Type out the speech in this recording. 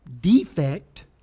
defect